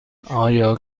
آیا